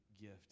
gift